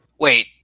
Wait